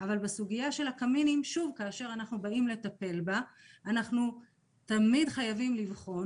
אבל כשאנחנו באים לטפל בה אנחנו חייבים לבחון